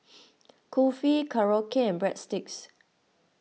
Kulfi Korokke and Breadsticks